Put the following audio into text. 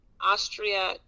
Austria